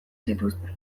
zituzten